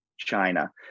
China